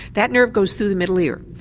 that nerve goes through the middle ear.